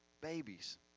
babies